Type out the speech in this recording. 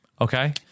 Okay